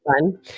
fun